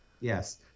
Yes